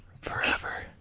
Forever